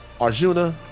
Arjuna